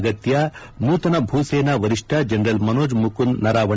ಅಗತ್ಯ ನೂತನ ಭೂಸೇನಾ ವರಿಷ್ಣ ಜನರಲ್ ಮನೋಜ್ ಮುಕುಂದ್ ನರಾವಣೆ ಅಭಿಮತ